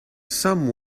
some